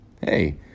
hey